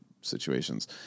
situations